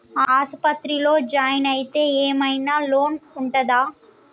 ఆస్పత్రి లో జాయిన్ అయితే ఏం ఐనా లోన్ ఉంటదా?